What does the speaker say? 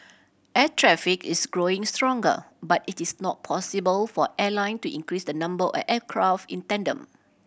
air traffic is growing stronger but it is not possible for airline to increase the number of aircraft in tandem